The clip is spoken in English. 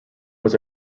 was